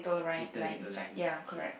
little little lines okay